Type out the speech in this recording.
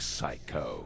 Psycho